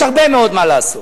יש הרבה מאוד מה לעשות.